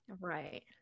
right